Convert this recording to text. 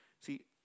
See